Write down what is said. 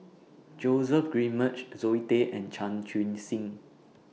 Joseph Grimberg Zoe Tay and Chan Chun Sing